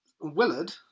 Willard